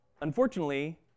unfortunately